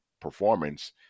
performance